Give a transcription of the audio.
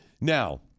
Now